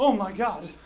um my god.